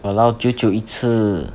!walao!